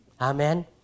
Amen